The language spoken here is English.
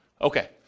Okay